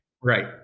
right